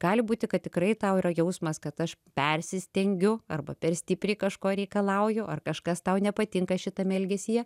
gali būti kad tikrai tau yra jausmas kad aš persistengiu arba per stipriai kažko reikalauju ar kažkas tau nepatinka šitame elgesyje